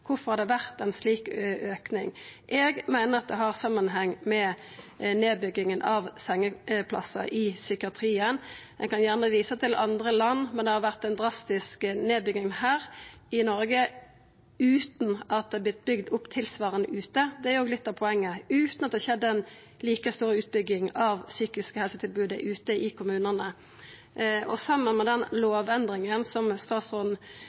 har det vore ein slik auke? Eg meiner det har samanheng med nedbygginga av sengeplassar i psykiatrien. Ein kan gjerne visa til andre land, men det har vore ei drastisk nedbygging her i Noreg utan at det er vorte bygd opp tilsvarande der ute – det er jo litt av poenget – utan at det har skjedd ei like stor utbygging av det psykiske helsetilbodet ute i kommunane. Saman med den lovendringa som statsråden